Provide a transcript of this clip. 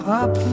up